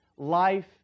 life